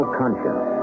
conscience